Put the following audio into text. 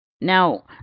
Now